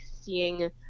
seeing